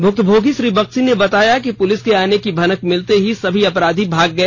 भुक्तभोगी श्री बक्सी ने बताया कि पुलिस के आने की भनक मिलते ही सभी अपराधी भाग गए